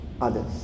others